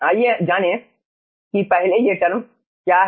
आइए जानें कि पहले ये टर्म क्या हैं